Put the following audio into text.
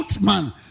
man